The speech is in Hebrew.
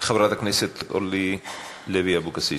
חברת הכנסת אורלי לוי אבקסיס,